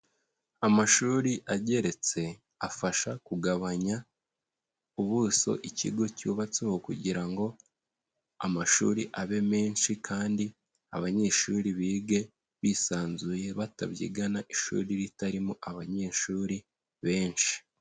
Amashuri ageretse afasha kugabanya ubuso ikigo cyubatseho kugira ngo amashuri abe menshi kandi abanyeshuri bige bisanzuye, batabyigana ishuri ritarimo abanyeshuri benshi.